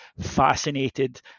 fascinated